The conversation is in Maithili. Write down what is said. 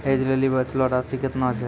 ऐज लेली बचलो राशि केतना छै?